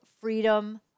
freedom